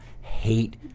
hate